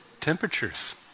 temperatures